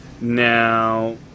now